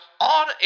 on